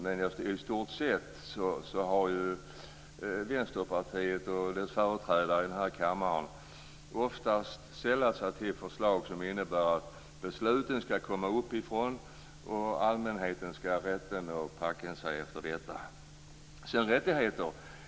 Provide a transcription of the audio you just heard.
Men i stort sett har Vänsterpartiet och dess företrädare här i kammaren oftast sällat sig till förslag som innebär att besluten skall komma uppifrån, och allmänheten rätter sig och packer sig efter detta. Owe Hellberg talade om rättigheter.